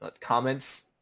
comments